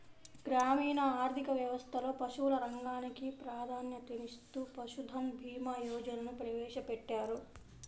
గ్రామీణ ఆర్థిక వ్యవస్థలో పశువుల రంగానికి ప్రాధాన్యతనిస్తూ పశుధన్ భీమా యోజనను ప్రవేశపెట్టారు